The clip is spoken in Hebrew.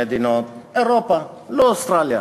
מדינות אירופה ולא אוסטרליה.